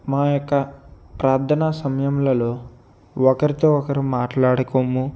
మా యొక్క ప్రార్థన సమయంలలో ఒకరితో ఒకరు మాట్లాడుకోము